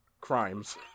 crimes